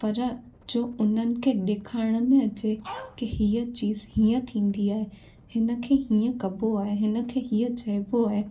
पर जो उन्हनि खे ॾेखारण में अचे की हीअं चीज़ हीअं थींदी आहे हिन खे हीअं कबो आहे हिन खे हीअं चइबो आहे